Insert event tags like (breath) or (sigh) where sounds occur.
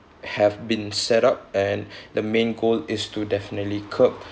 have been set up and (breath) the main goal is to definitely curb